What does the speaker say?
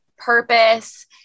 purpose